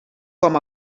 com